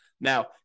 Now